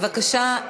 אני מבקשת,